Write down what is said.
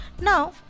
now